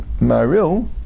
Maril